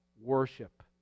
worship